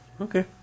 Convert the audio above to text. Okay